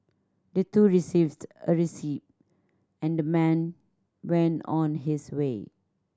the two received a receipt and the man went on his way